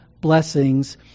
blessings